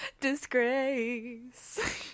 Disgrace